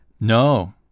No